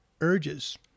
urges